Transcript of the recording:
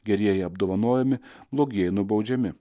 gerieji apdovanojami blogi nubaudžiami